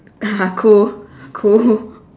cool cool